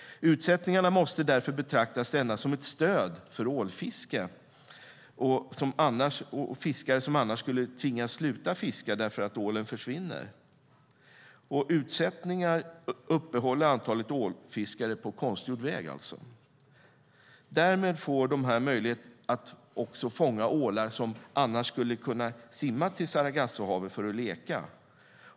Utsättningarna måste därför betraktas endast som ett stöd för ålfiskare som annars skulle tvingas sluta fiska därför att ålen försvinner. Utsättningar håller alltså uppe antalet ålfiskare på konstgjord väg. Dessa får därmed också möjlighet att fånga ålar som annars skulle kunna simma till Sargassohavet för att leka.